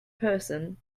person